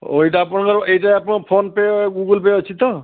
ଓ ଏଇଟା ଆପଣ ଏଇଟା ଆପଣ ଫୋନ୍ ପେ' ଗୁଗଲ୍ ପେ' ଅଛି ତ